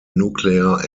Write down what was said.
nuclear